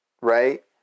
Right